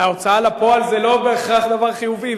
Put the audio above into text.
ההוצאה לפועל זה לא בהכרח דבר חיובי,